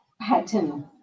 pattern